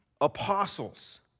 apostles